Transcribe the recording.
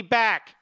back